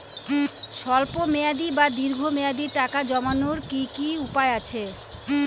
স্বল্প মেয়াদি বা দীর্ঘ মেয়াদি টাকা জমানোর কি কি উপায় আছে?